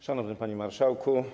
Szanowny Panie Marszałku!